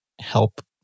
help